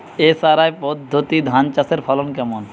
SRI পদ্ধতি ধান চাষের ফলন কেমন?